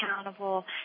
accountable